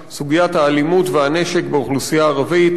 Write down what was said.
סוגיית האלימות והנשק באוכלוסייה הערבית.